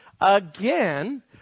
Again